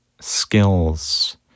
skills